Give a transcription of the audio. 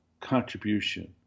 contribution